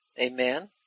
Amen